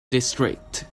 district